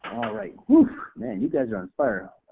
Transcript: right. woo man you guys are on fire.